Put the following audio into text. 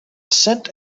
cent